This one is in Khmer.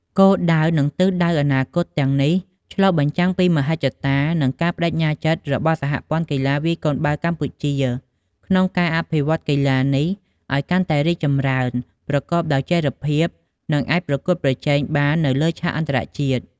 គោលដៅ និងទិសដៅអនាគតទាំងនេះឆ្លុះបញ្ចាំងពីមហិច្ឆតា និងការប្តេជ្ញាចិត្តរបស់សហព័ន្ធកីឡាវាយកូនបាល់កម្ពុជា ក្នុងការអភិវឌ្ឍកីឡានេះឱ្យកាន់តែរីកចម្រើន ប្រកបដោយចីរភាព និងអាចប្រកួតប្រជែងបាននៅលើឆាកអន្តរជាតិ។